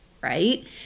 right